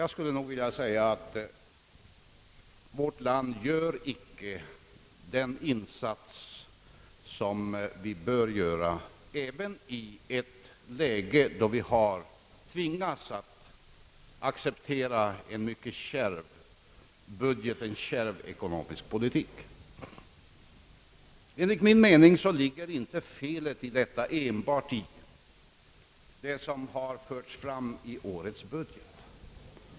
Jag skulle då vilja säga att vi icke gör den insats som vi bör göra, även i ett läge där vi har tvingats att acceptera en mycket kärv ekonomisk politik. Enligt min mening ligger felet till detta inte enbart i det som har förts fram i årets budget.